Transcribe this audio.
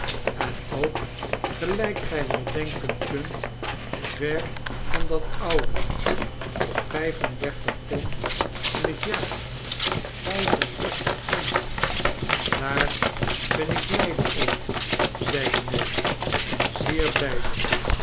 en ook gel'y'k gij wel denken kunt ver van dat oude op vijf en dertig pond in het jaar vijf en dertig pond daar ben ik blijde om zeide nelly zeer blijde